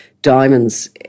Diamonds